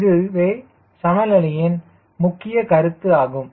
இதுவே சமநிலையின் முக்கிய கருத்து ஆகும்